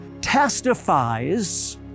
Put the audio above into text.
testifies